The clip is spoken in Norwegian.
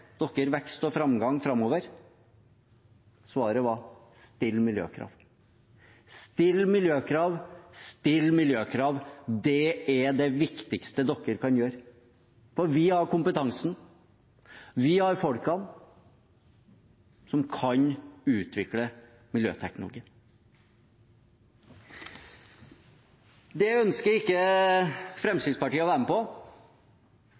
vekst og framgang framover, var: Still miljøkrav! Still miljøkrav – det er det viktigste dere kan gjøre, for vi har kompetansen, vi har folkene som kan utvikle miljøteknologien. Det ønsker ikke Fremskrittspartiet å være med på. I stedet minner Fremskrittspartiet meg om industrien på